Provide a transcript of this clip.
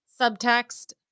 subtext